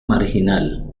marginal